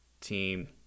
team